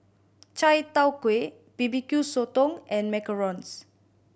chai tow kway B B Q Sotong and macarons